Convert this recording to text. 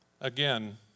again